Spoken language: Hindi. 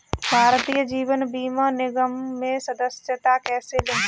भारतीय जीवन बीमा निगम में सदस्यता कैसे लें?